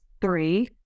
three